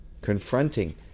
Confronting